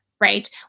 right